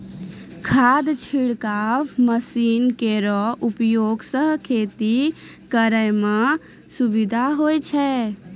खाद छिड़काव मसीन केरो उपयोग सँ खेती करै म सुबिधा होय छै